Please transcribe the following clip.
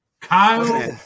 Kyle